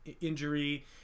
injury